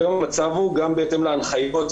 היום המצב הוא גם בהתאם להנחיות,